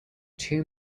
two